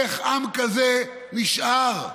איך עם כזה נשאר?